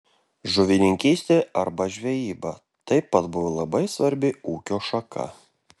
žuvininkystė arba žvejyba taip pat buvo labai svarbi ūkio šaka